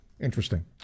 Interesting